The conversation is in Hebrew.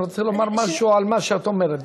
אני רוצה לומר משהו על מה שאת אומרת.